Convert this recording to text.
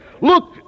Look